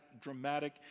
dramatic